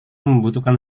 membutuhkan